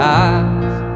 eyes